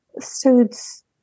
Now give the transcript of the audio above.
suits